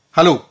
Hello